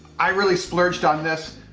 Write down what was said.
i really splurged on this.